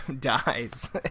dies